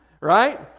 Right